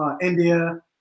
India